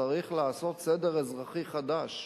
צריך לעשות סדר אזרחי חדש?